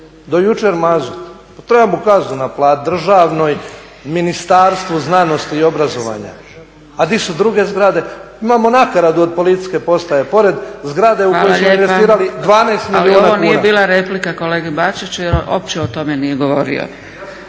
do jučer mazut, pa treba mu kaznu naplatiti, državnoj, Ministarstvu znanosti i obrazovanja, a di su druge zgrade? Imamo nakaradu od policijske postaje, pored zgrade u koju smo investirali 12 milijuna kuna. **Zgrebec, Dragica (SDP)** Hvala lijepa. Ali ovo nije bila replika kolega Bačiću, jer opće o tome nije govorio.